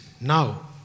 now